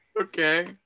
Okay